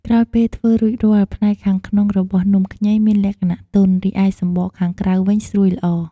ក្រោយពេលធ្វើរួចរាល់ ផ្នែកខាងក្នុងរបស់នំខ្ញីមានលក្ខណៈទន់ រីឯសំបកខាងក្រៅវិញស្រួយល្អ។